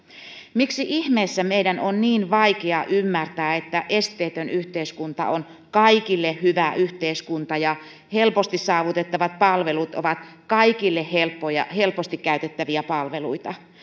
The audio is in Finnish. miksi ihmeessä meidän on niin vaikea ymmärtää että esteetön yhteiskunta on kaikille hyvä yhteiskunta ja helposti saavutettavat palvelut ovat kaikille helposti käytettäviä palveluita